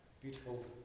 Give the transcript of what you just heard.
beautiful